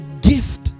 gift